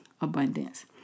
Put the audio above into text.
abundance